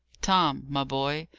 tom, my boy!